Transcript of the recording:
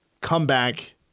comeback